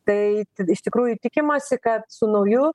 tai iš tikrųjų tikimasi kad su nauju